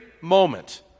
moment